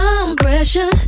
compression